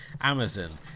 Amazon